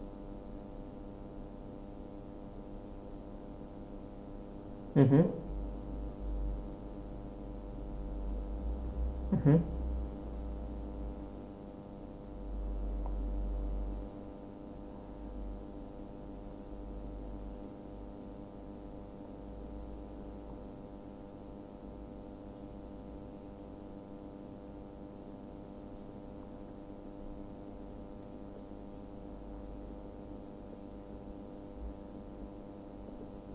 mmhmm